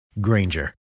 Granger